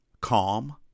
calm